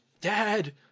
Dad